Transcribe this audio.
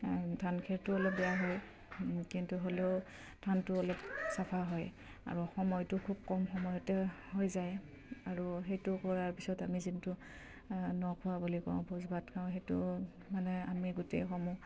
ধান খেৰটো অলপ বেয়া হয় কিন্তু হ'লেও ধানটো অলপ চাফা হয় আৰু সময়টো খুব কম সময়তে হৈ যায় আৰু সেইটো কৰাৰ পিছত আমি যোনটো নখোৱা বুলি কওঁ ভোজ ভাত খাওঁ সেইটো মানে আমি গোটেইসমূহ